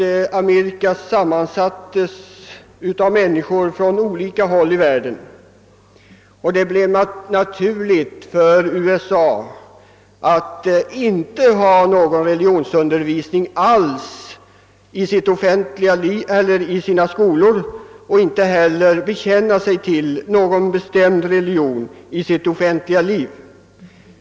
USA:s befolkning sammansattes av människor från olika håll i världen, och det blev därför naturligt att inte ha någon religionsundervisning alls i skolorna och att inte heller bekänna sig till någon bestämd religion i det offentliga livet.